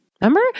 Remember